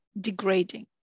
degrading